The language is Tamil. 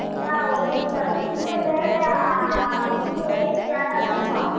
எப்பா ஒரு கிலோ சுண்டல் ரெண்டு வயல் நடணும்ப்பா